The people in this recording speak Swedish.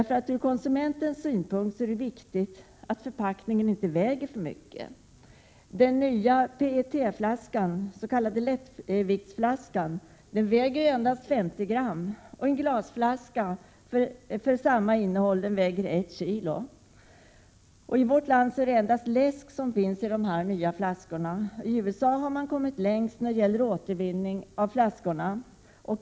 För konsumenten är det viktigt att en förpackning inte väger för mycket. Den nya PET-flaskan — lättviktsflaskan — väger endast 50 gram, medan en glasflaska med samma innehåll väger 1 kilo. I vårt land har vi den här typen av flaskor endast för läsk. I USA har man kommit längst när det gäller återvinning av flaskor.